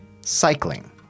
cycling